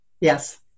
Yes